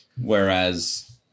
whereas